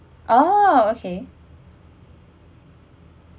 oh okay